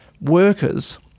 workers